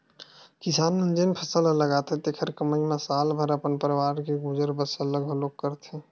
किसान मन जेन फसल लगाथे तेखरे कमई म साल भर अपन परवार के गुजर बसर ल घलोक करथे